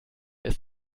ist